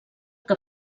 que